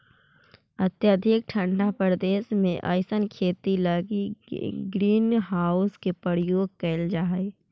अत्यधिक ठंडा प्रदेश में अइसन खेती लगी ग्रीन हाउस के प्रयोग कैल जाइत हइ